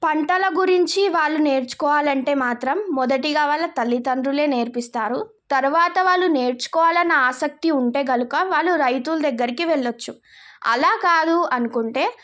పంటల గురించి వాళ్ళు నేర్చుకోవాలంటే మాత్రం మొదటిగా వాళ్ళ తల్లితండ్రులే నేర్పిస్తారు తర్వాత వాళ్ళు నేర్చుకోవాలన్న ఆసక్తి ఉంటే కనుక వాళ్ళు రైతుల దగ్గరికి వెళ్ళొచ్చు అలా కాదు అనుకుంటే